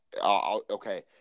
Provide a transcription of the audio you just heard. Okay